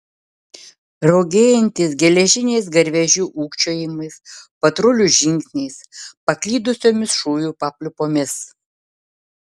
raugėjantis geležiniais garvežių ūkčiojimais patrulių žingsniais paklydusiomis šūvių papliūpomis